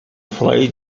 play